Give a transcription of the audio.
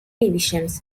divisions